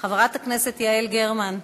חברת הכנסת יעל גרמן,